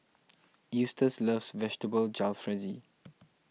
Eustace loves Vegetable Jalfrezi